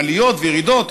עליות וירידות,